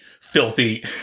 filthy